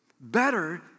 Better